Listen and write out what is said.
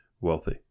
wealthy